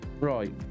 Right